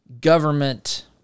government